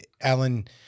Alan